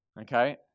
okay